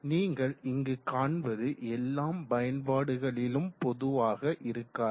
நீங்கள் இங்கு காண்பது எல்லாம் பயன்பாடுகளிலும் பொதுவாக இருக்காது